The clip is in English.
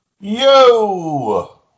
yo